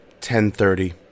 10.30